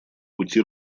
пути